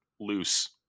loose